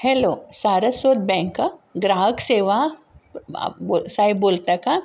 hello Saraswat bank का ग्राहक सेवा बोल साहेब बोलता का